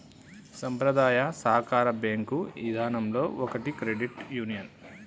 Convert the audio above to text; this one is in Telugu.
సంప్రదాయ సాకార బేంకు ఇదానంలో ఒకటి క్రెడిట్ యూనియన్